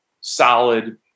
solid